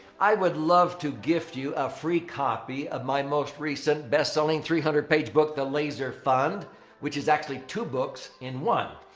i would love to gift you a free copy of my most recent best-selling three hundred page book, the laser fund which is actually two books in one.